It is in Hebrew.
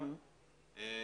אני